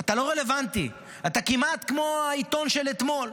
אתה לא רלוונטי, אתה כמעט כמו העיתון של אתמול,